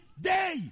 day